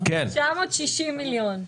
960 מיליון.